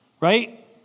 right